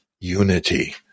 unity